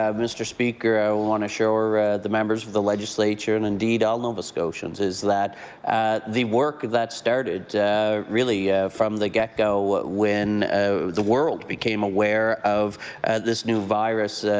ah mr. speaker. i want to assure the members of the legislature and indeed all nova scotians is that the work that started really from the get-go when ah the world became aware of this new virus,